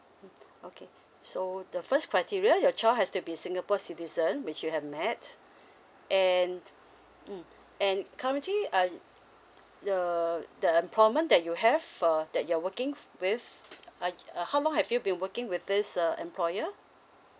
okay so the first criteria your child has to be singapore citizen which you have met and mm and currently uh the the employment that you have uh that you're working with uh uh how long have you been working with this uh employer